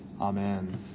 Amen